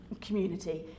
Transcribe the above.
community